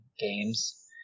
games